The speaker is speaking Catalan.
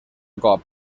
cop